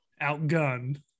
outgunned